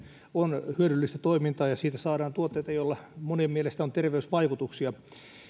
on hyödyllistä toimintaa ja siitä saadaan tuotteita joilla monien mielestä on terveysvaikutuksia